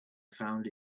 found